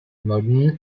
modern